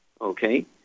okay